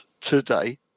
today